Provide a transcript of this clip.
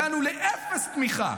הגענו בשבעת החודשים האלה לאפס תמיכה.